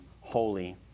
holy